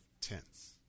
Tents